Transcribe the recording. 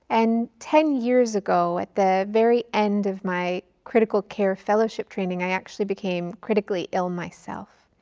and ten years ago, at the very end of my critical care fellowship training, i actually became critically ill myself.